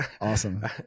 awesome